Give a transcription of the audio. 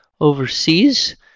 overseas